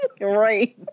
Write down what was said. Right